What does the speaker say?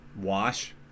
Wash